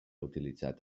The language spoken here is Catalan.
utilitzat